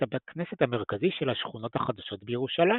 הכנסת המרכזי של השכונות החדשות בירושלים.